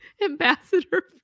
ambassador